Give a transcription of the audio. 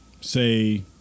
Say